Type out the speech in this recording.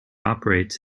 operates